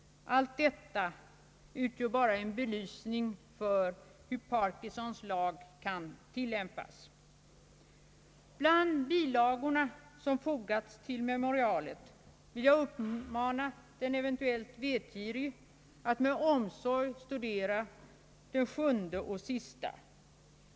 Allt detta utgör en belysning av hur Parkinsons lag kan tillämpas. Bland de bilagor som fogats till memorialet vill jag uppmana den eventuellt vetgirige att med omsorg studera den sjunde och sista.